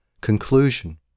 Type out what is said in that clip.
Conclusion